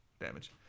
damage